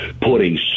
putting